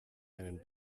einen